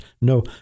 No